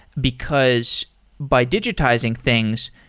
because by digitizing things,